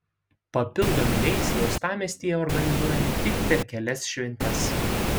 papildomi reisai uostamiestyje organizuojami tik per kelias šventes